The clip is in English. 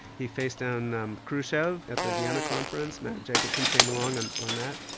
he faced down khrushchev at the vienna conference, jacobson came along and on that,